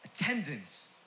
attendance